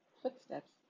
Footsteps